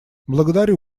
благодарю